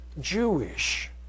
Jewish